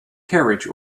carriage